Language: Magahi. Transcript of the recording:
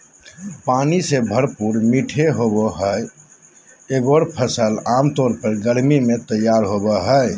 पानी से भरपूर मीठे होबो हइ एगोर फ़सल आमतौर पर गर्मी में तैयार होबो हइ